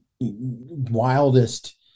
wildest